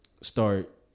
start